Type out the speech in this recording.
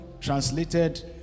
translated